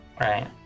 Right